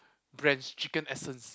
brands chicken essence